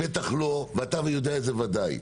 אתה יודע את זה ודאי.